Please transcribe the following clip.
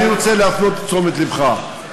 אני רוצה להפנות את תשומת לבך,